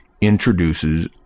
introduces